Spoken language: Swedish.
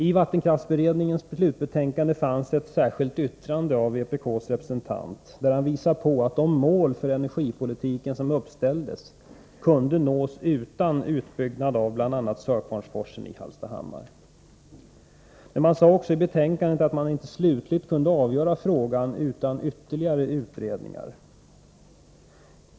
I vattenkraftsberedningens slutbetänkande fanns ett särskilt yttrande av vpk:s representant, där han visade på att de mål för energipolitiken som uppställdes kunde nås utan utbyggnad av bl.a. Sörkvarnsforsen i Hallstahammar. Men man sade också i betänkandet att man inte slutligt kunde avgöra frågan utan ytterligare utredning.